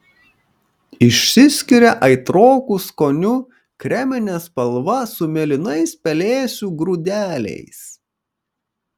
išsiskiria aitroku skoniu kremine spalva su mėlynais pelėsių grūdeliais